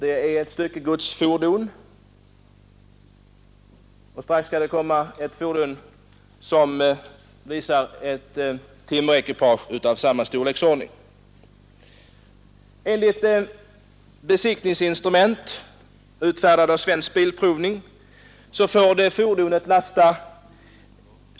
Enligt det besiktningsinstrument, som utfärdats av Svensk bilprovning, får detta fordon lasta ca 33 ton. Jag vill sedan på TV-skärmen visa en annan bild, föreställande ett timmerekipage av samma storleksordning.